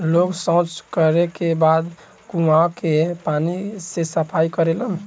लोग सॉच कैला के बाद कुओं के पानी से सफाई करेलन